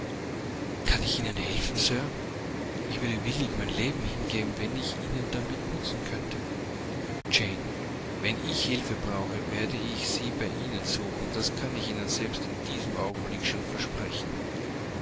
kann ich ihnen helfen sir ich würde willig mein leben hingeben wenn ich ihnen damit nützen könnte jane wenn ich hilfe brauche werde ich sie bei ihnen suchen das kann ich ihnen selbst in diesem augenblick schon versprechen